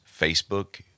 Facebook